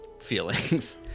feelings